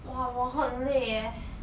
哇我很累 eh